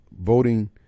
voting